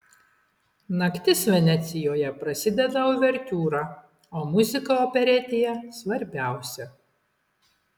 naktis venecijoje prasideda uvertiūra o muzika operetėje svarbiausia